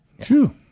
True